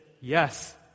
yes